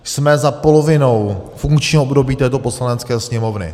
Jsme za polovinou funkčního období této Poslanecké sněmovny.